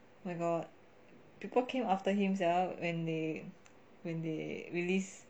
oh my god people came after him sia when they when they released